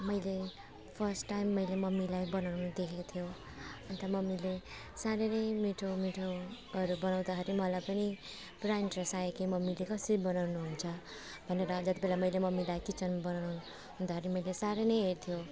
मैले first time मैले मम्मीलाई बनाउनु देखेको थियो अन्त मम्मीले साह्रै नै मिठो मिठोहरू बनाउँदाखेरि मलाई पनि पुरा इन्ट्रेस्ट आयो कि मम्मीले कसरी बनाउनुहुन्छ भनेर जति बेला मैले मम्मीलाई किचन बनाउनु हुँदाखेरि मैले साह्रै नै हेर्थेँ